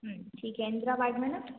ठीक है इंद्रा वार्ड में ना